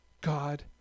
God